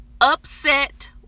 upset